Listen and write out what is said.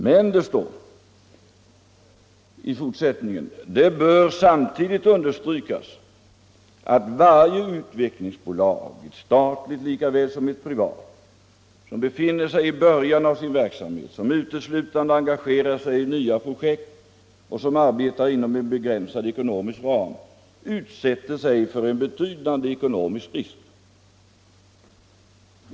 Men det heter i fortsättningen: ”Det bör samtidigt understrykas att varje utvecklingsbolag, ett statligt likaväl som ett privat, som befinner sig i början av sin verksamhet, som uteslutande engagerat sig i nya projekt och som arbetar inom en begränsad ekonomisk ram, utsätter sig för en betydande ekonomisk risk.